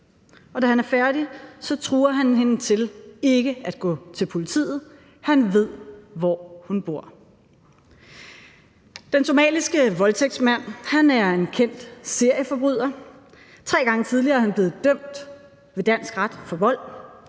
Og da han er færdig, truer han hende til ikke at gå til politiet – han ved, hvor hun bor. Den somaliske voldtægtsmand er en kendt serieforbryder. Tre gange tidligere er han blevet dømt ved dansk ret for vold;